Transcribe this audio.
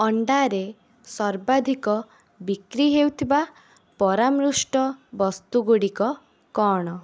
ଅଣ୍ଡାରେ ସର୍ବାଧିକ ବିକ୍ରି ହେଉଥିବା ପରାମୃଷ୍ଟ ବସ୍ତୁଗୁଡ଼ିକ କ'ଣ